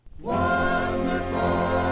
wonderful